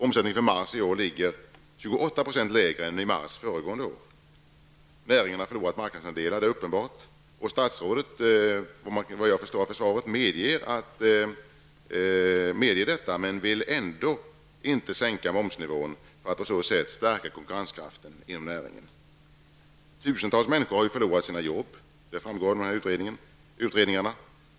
Omsättningen för mars i år ligger Det är uppenbart att näringen har förlorat marknadsandelar. Efter vad jag förstår medger statsrådet detta i svaret, men han vill ändå inte sänka momsnivån för att på så sätt stärka konkurrenskraften inom näringen. Tusentals människor har förlorat sina jobb. Det framgår av utredningarna.